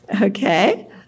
Okay